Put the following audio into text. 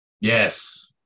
Yes